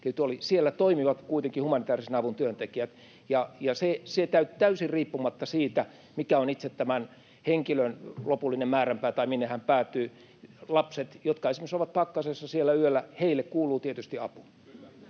Siellä toimivat kuitenkin humanitäärisen avun työntekijät, täysin riippumatta siitä, mikä on itse tämän henkilön lopullinen määränpää tai minne hän päätyy. Lapsille, jotka esimerkiksi ovat siellä pakkasessa yöllä, kuuluu tietysti apu.